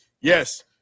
Yes